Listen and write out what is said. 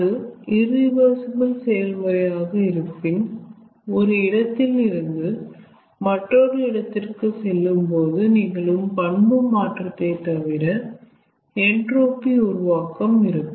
அது இரிவர்சிபிள் செயல்முறையாக இருப்பின் ஒரு இடத்தில் இருந்து மற்றொரு இடத்திற்கு செல்லும் போது நிகழும் பண்பு மாற்றத்தை தவிர என்ட்ரோபி உருவாக்கம் இருக்கும்